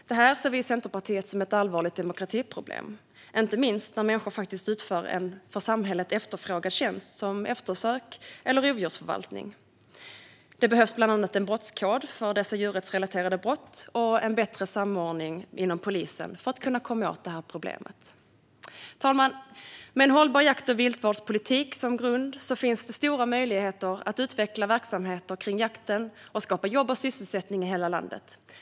Det här ser Centerpartiet som ett allvarligt demokratiproblem, inte minst när människor faktiskt utför en från samhället efterfrågad tjänst som eftersök eller rovdjursförvaltning. Det behövs bland annat en brottskod för dessa djurrättsrelaterade brott och en bättre samordning inom polisen för att komma åt problemet. Fru talman! Med en hållbar jakt och viltvårdspolitik som grund finns det stora möjligheter att utveckla verksamheter kring jakten och skapa jobb och sysselsättning i hela landet.